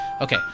Okay